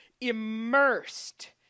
immersed